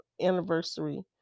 anniversary